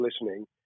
listening